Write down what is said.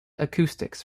acoustics